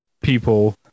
people